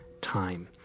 time